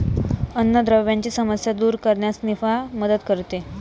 अन्नद्रव्यांची समस्या दूर करण्यास निफा मदत करते